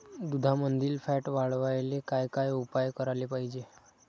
दुधामंदील फॅट वाढवायले काय काय उपाय करायले पाहिजे?